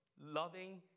loving